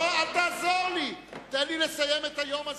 אל תעזור לי, תן לי לסיים את היום הזה.